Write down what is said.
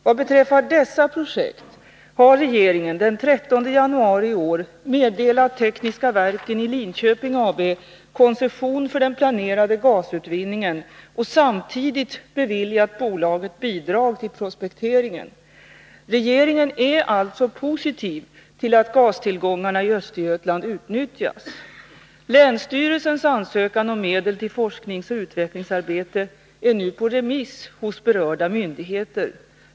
Vad beträffar dessa projekt har regeringen den 13 januari i år meddelat Tekniska Verken i Linköping AB koncession för den planerade gasutvinningen och samtidigt beviljat bolaget bidrag till prospekteringen. Regeringen är alltså positiv till att gastillgångarna i Östergötland utnyttjas. Länsstyrelsens ansökan om medel till forskningsoch utvecklingsarbete är nu på remiss hos berörda myndigheter.